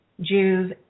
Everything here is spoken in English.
Jews